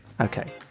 okay